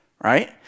Right